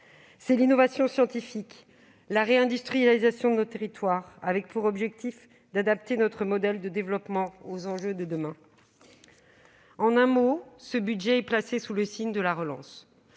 C'est l'innovation scientifique et la réindustrialisation des territoires, l'objectif étant d'adapter notre modèle de développement aux enjeux de demain. En un mot, ce budget est placé sous le signe de la relance.